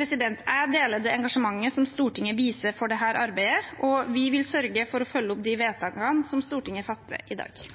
Jeg deler det engasjementet Stortinget viser for dette arbeidet, og vi vil sørge for å følge opp de vedtak som Stortinget fatter i dag.